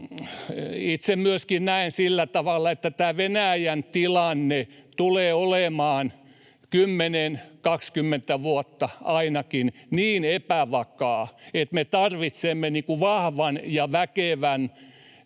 Itse myöskin näen sillä tavalla, että tämä Venäjän tilanne tulee olemaan ainakin 10—20 vuotta niin epävakaa, että me tarvitsemme vahvan ja väkevän